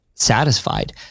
satisfied